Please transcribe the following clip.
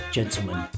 Gentlemen